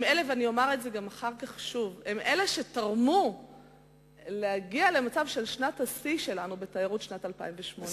תרמה לכך שנגיע למצב של שנת השיא שלנו בתיירות ב-2008.